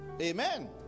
Amen